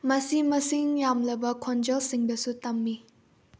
ꯃꯁꯤ ꯃꯁꯤꯡ ꯌꯥꯝꯂꯕ ꯈꯣꯟꯖꯦꯜꯁꯤꯡꯗꯁꯨ ꯇꯝꯃꯤ